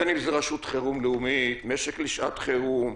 בין אם זה רשות חירום לאומית, משק לשעת חירום,